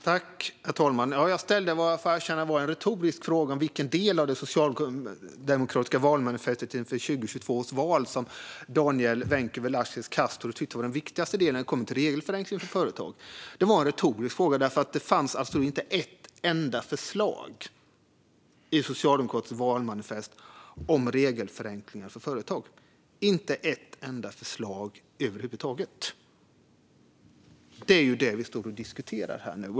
Herr talman! Jag får erkänna att jag ställde en retorisk fråga om vilken del av det socialdemokratiska valmanifestet inför 2022 års val som Daniel Vencu Velasquez Castro tyckte var den viktigaste delen när det kommer till regelförenkling för företag. Det var en retorisk fråga eftersom det inte fanns ett enda förslag i Socialdemokraternas valmanifest om regelförenklingar för företag - inte ett enda förslag över huvud taget. Det är detta vi står och diskuterar nu.